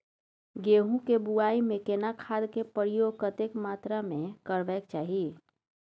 गेहूं के बुआई में केना खाद के प्रयोग कतेक मात्रा में करबैक चाही?